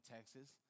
Texas